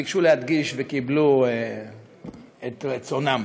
ביקשו להדגיש וקיבלו את רצונם.